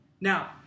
Now